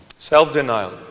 Self-denial